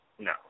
No